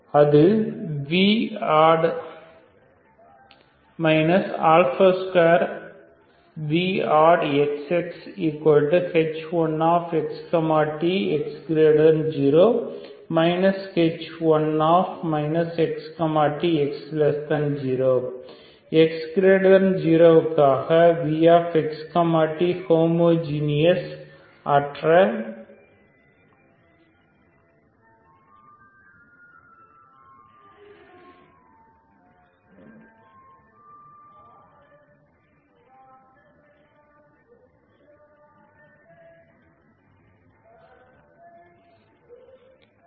அது voddt 2voddxxh1x t x0 h1 x t x0 x0 க்காக vx t homogeneous அற்ற ஈக்குவேஷனை சேடிஸ்பை செய்யும்